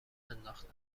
انداختن